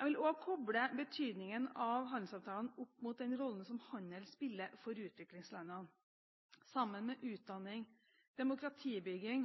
Jeg vil også koble betydningen av handelsavtalene opp mot den rollen som handel spiller for utviklingslandene. Sammen med utdanning, demokratibygging,